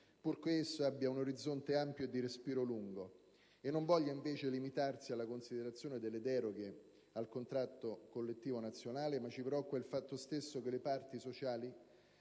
purché esso abbia un orizzonte ampio e di respiro lungo e non voglia invece limitarsi alla considerazione delle deroghe al contratto collettivo nazionale, ma ci preoccupa il fatto stesso che le parti sociali